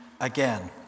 again